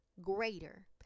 greater